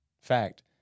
fact